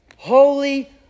Holy